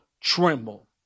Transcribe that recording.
tremble